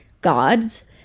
gods